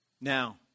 Now